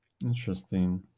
Interesting